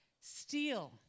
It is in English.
steal